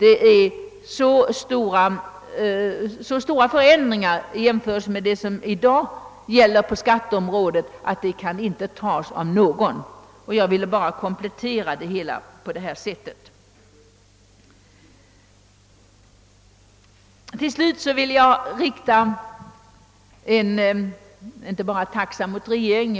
En särbeskattning innebär så stora förändringar i jämförelse med vad som i dag gäller på skatteområdet att ingen kan helt acceptera dem. Jag ville bara komplettera med dessa synpunkter. Till slut vill jag rikta ett tack till regeringen.